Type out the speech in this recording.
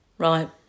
Right